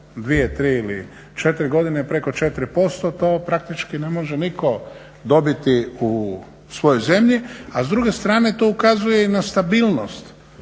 je preko četiri posto, to praktički ne može niko dobiti u svojoj zemlji, a s druge strane to ukazuje i na stabilnost